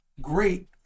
Great